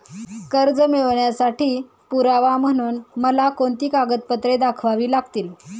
कर्ज मिळवण्यासाठी पुरावा म्हणून मला कोणती कागदपत्रे दाखवावी लागतील?